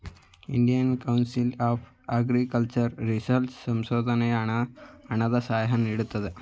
Indian Council of Agriculture result ಸಂಶೋಧನೆಗೆ ಹಣದ ಸಹಾಯ ನೀಡುತ್ತದೆ